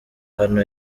hano